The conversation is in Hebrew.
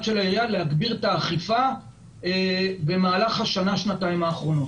של העירייה להגביר את האכיפה במהלך השנה-שנתיים האחרונות.